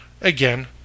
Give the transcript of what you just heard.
Again